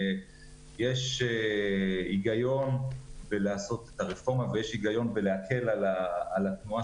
יש הגיון בלעשות את הרפורמה ויש הגיון בלהקל על התנועה